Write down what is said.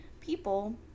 people